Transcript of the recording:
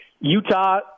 Utah